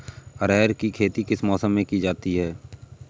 अरहर की खेती किस मौसम में की जाती है?